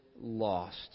lost